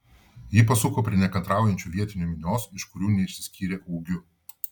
ji pasuko prie nekantraujančių vietinių minios iš kurių neišsiskyrė ūgiu